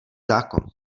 zákon